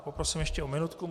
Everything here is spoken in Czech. Poprosím ještě o minutku.